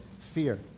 fear